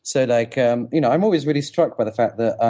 so like um you know i'm always really struck by the fact that